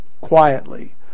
quietly